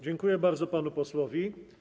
Dziękuję bardzo panu posłowi.